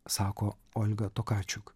sako olga tokačiuk